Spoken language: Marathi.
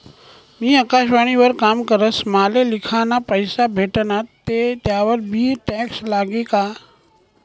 मी आकाशवाणी वर काम करस माले लिखाना पैसा भेटनात ते त्यावर बी टॅक्स लागी का?